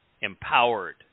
empowered